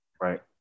right